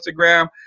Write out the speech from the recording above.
Instagram